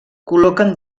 col·loquen